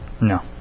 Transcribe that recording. No